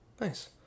Nice